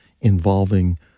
involving